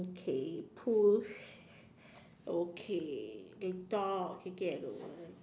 okay push okay they talk